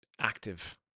active